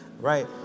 right